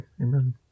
Amen